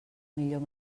millor